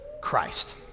Christ